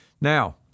Now